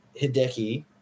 Hideki